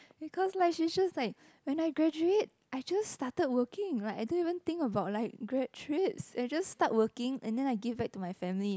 because like she's just like when I graduate I just started working like I don't think about like grad trips I just start working and then I give back to my family